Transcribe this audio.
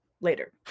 later